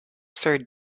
sir